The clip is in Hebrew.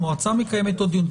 המועצה מקיימת עוד דיון.